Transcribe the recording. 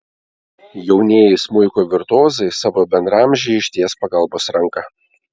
jaunieji smuiko virtuozai savo bendraamžei išties pagalbos ranką